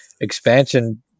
expansion